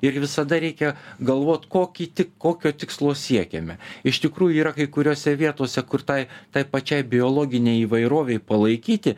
ir visada reikia galvot kokį ti kokio tikslo siekiame iš tikrųjų yra kai kuriose vietose kur tai tai pačiai biologinei įvairovei palaikyti